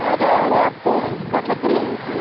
ഞാൻ രാവിലെ അപ്പവും കടലക്കറിയുമാണ് കഴിച്ചത്